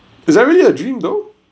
is that really a dream though